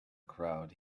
crowd